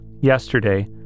yesterday